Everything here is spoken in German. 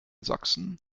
sachsen